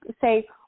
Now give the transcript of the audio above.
say